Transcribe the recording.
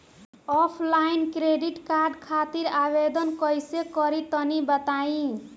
Offline credit card खातिर आवेदन कइसे करि तनि बताई?